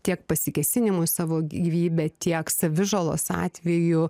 tiek pasikėsinimų į savo gyvybę tiek savižalos atveju